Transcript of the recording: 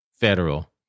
federal